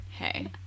Hey